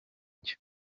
cyo